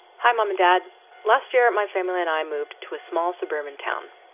hi mom and dad last year my family and i moved to a small suburban town.